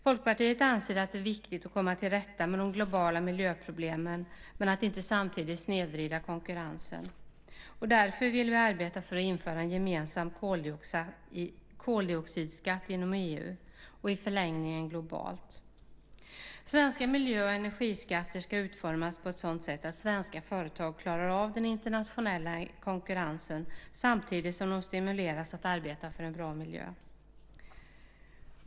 Folkpartiet anser att det är viktigt att komma till rätta med de globala miljöproblemen men att inte samtidigt snedvrida konkurrensen. Därför vill vi arbeta för att införa en gemensam koldioxidskatt inom EU och i förlängningen globalt. Svenska miljö och energiskatter ska utformas på ett sådant sätt att svenska företag klarar av den internationella konkurrensen samtidigt som de stimuleras att arbeta för en bra miljö.